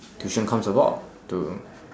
tuition comes about to